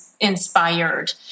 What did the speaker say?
inspired